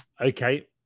Okay